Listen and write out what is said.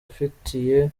afitiye